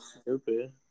stupid